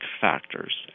factors